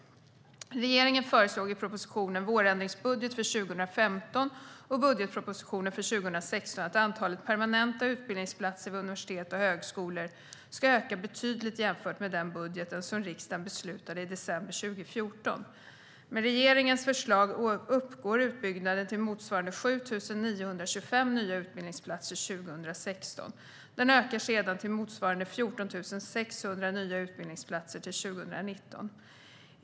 Regeringen föreslog i propositionen Vårändringsbudget för 2015 och budgetpropositionen för 2016 att antalet permanenta utbildningsplatser vid universitet och högskolor ska öka betydligt jämfört med den budget som riksdagen beslutade i december 2014. Med regeringens förslag uppgår utbyggnaden till motsvarande 7 925 nya utbildningsplatser 2016. Den ökar sedan till motsvarande 14 600 nya utbildningsplatser 2019.